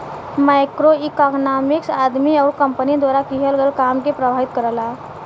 macroeconomics आदमी आउर company द्वारा किहल गयल काम के प्रभावित करला